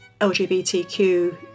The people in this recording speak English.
LGBTQ